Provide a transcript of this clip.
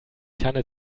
tanne